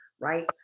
right